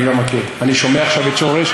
אני לא מכיר, אני שומע עכשיו על שורש.